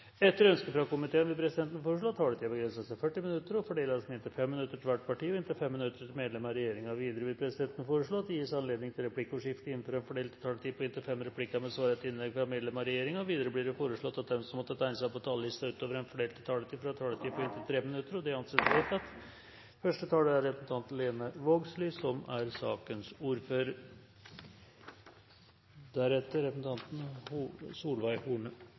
Etter ønske fra familie- og kulturkomiteen vil presidenten foreslå at taletiden begrenses til 40 minutter og fordeles med inntil 5 minutter til hvert parti og inntil 5 minutter til medlem av regjeringen. Videre vil presidenten foreslå at det gis anledning til replikkordskifte på inntil fem replikker med svar etter innlegg fra medlem av regjeringen innenfor den fordelte taletid. Videre blir det foreslått at de som måtte tegne seg på talerlisten utover den fordelte taletid, får en taletid på inntil 3 minutter. – Det anses vedtatt. Første taler er Olemic Thommessen, som får ordet for saksordfører Linda Hofstad Helleland. Linda Hofstad Helleland er